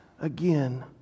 again